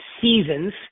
seasons